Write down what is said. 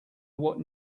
what